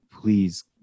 please